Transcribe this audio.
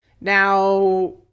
Now